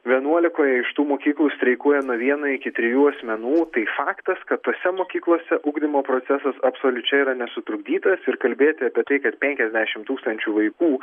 vienuolikoje iš tų mokyklų streikuoja nuo vieno iki trijų asmenų tai faktas kad tose mokyklose ugdymo procesas absoliučiai yra nesutrikdytas ir kalbėti apie tai kad penkiasdešimt tūkstančių vaikų